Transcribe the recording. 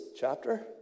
chapter